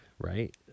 right